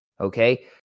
Okay